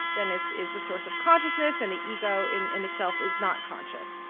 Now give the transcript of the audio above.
then, is is the source of consciousness, and the ego in in itself is not conscious.